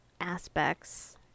aspects